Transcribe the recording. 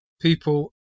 people